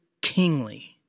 kingly